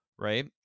Right